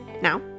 Now